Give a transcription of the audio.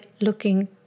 looking